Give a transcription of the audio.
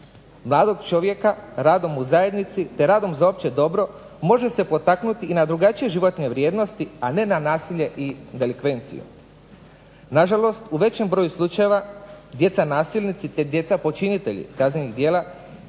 Mladog čovjeka radom u zajednici, te radom za opće dobro može se potaknuti na drugačije životne vrijednosti a ne na nasilje i delikvenciju. Na žalost u većem broju slučajeva djeca nasilnici, te djeca počinitelji kaznenih djela